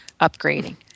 upgrading